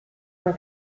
man